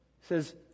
says